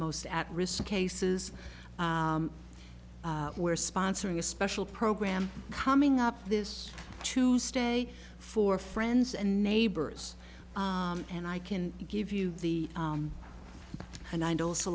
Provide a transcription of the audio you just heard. most at risk cases where sponsoring a special program coming up this tuesday for friends and neighbors and i can give you the and i'd also